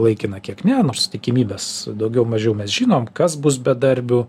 laikina kiek ne nors tikimybes daugiau mažiau mes žinom kas bus bedarbiu